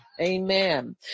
Amen